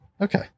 Okay